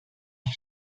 qui